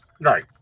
Right